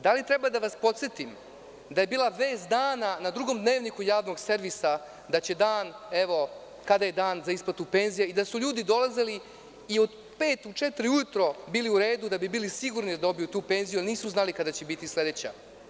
Da li treba da vas podsetim da je bila vest dana na Drugom dnevniku Javnog kada je dan za isplatu penzija i da su ljudi dolazili i u četiri, pet ujutru bili u redu da bi bili sigurni da dobiju tu penziju, jer nisu znali kada će biti sledeća?